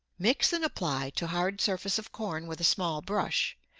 mix and apply to hard surface of corn with a small brush.